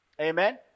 Amen